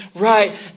right